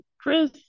Chris